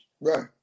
right